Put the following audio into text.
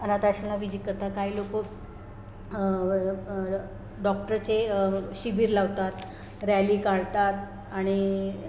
विजी करतात काही लोकं डॉक्टरचे शिबीर लावतात रॅली काढतात आणि